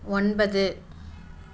ஒன்பது